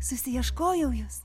susiieškojau jus